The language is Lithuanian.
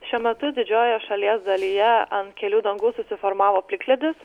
šiuo metu didžiojoje šalies dalyje ant kelių dangų susiformavo plikledis